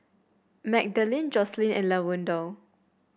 Magdalene Jocelynn and Lavonda